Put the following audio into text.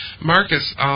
Marcus